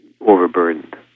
overburdened